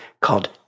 called